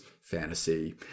fantasy